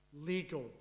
legal